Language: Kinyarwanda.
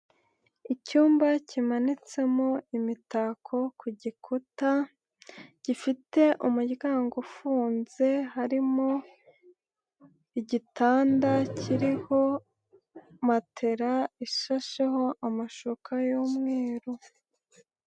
Icyumba kimanitsemo imitako ku gikuta, gifite umuryango ufunze harimo igitanda kiriho matela isasheho amashuka y'umweru.